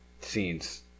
scenes